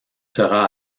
sera